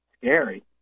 scary